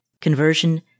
conversion